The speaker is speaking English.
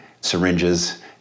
syringes